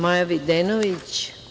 Maja Videnović.